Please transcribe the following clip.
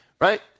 Right